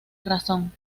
razón